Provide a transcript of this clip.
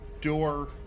door